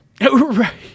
Right